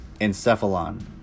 Encephalon